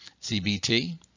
CBT